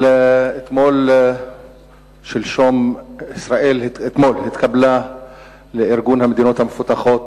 אתמול ישראל התקבלה לארגון המדינות המפותחות,